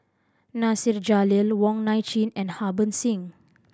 Nasir Jalil Wong Nai Chin and Harbans Singh